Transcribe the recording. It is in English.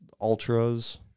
Ultras